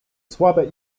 słabe